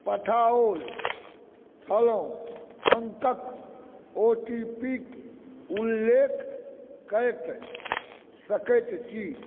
पठाओल छलहुँ अङ्कक ओ टी पी क उल्लेख कए सकैत छी